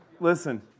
listen